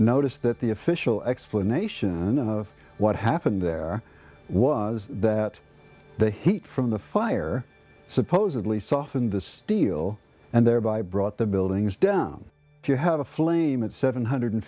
notice that the official explanation of what happened there was that the heat from the fire supposedly softened the steel and thereby brought the buildings down if you have a flame at seven hundred